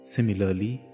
Similarly